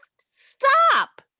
stop